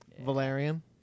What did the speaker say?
Valerian